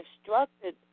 instructed